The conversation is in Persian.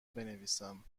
بنویسم